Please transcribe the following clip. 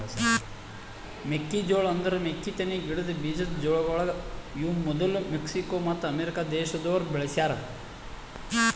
ಮೆಕ್ಕಿ ಜೋಳ ಅಂದುರ್ ಮೆಕ್ಕಿತೆನಿ ಗಿಡದ್ ಬೀಜದ್ ಜೋಳಗೊಳ್ ಇವು ಮದುಲ್ ಮೆಕ್ಸಿಕೋ ಮತ್ತ ಅಮೇರಿಕ ದೇಶದೋರ್ ಬೆಳಿಸ್ಯಾ ರ